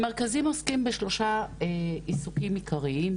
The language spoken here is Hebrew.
המרכזים עוסקים בשלושה עיסוקים עיקריים,